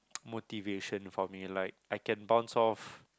motivation for me like I can bounce off